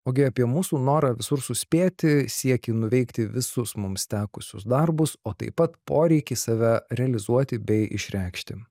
ogi apie mūsų norą visur suspėti siekį nuveikti visus mums tekusius darbus o taip pat poreikį save realizuoti bei išreikšti